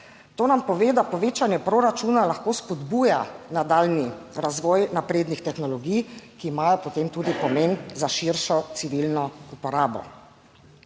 To nam pove, da povečanje proračuna lahko spodbuja nadaljnji razvoj naprednih tehnologij, ki imajo potem tudi pomen za širšo civilno uporabo.